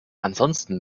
ansonsten